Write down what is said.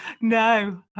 no